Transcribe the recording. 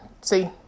See